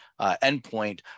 endpoint